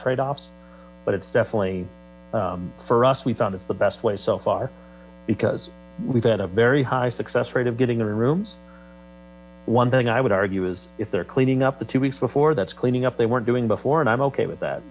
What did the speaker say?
tradeoffs but it's definitely for us we thought it's the best way so far because we've had a very high success rate of getting the rooms one thing i would argue is if they're cleaning up the two weeks before that's cleaning up they weren't doing before and i'm ok with that